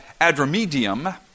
Adramedium